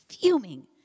fuming